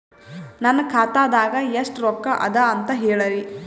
ನನ್ನ ಖಾತಾದಾಗ ಎಷ್ಟ ರೊಕ್ಕ ಅದ ಅಂತ ಹೇಳರಿ?